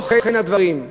לא כן הדברים.